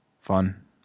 fun